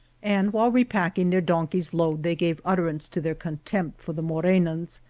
and while repacking their donke s load they gave utterance to their contempt for the morenans,